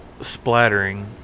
splattering